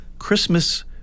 Christmas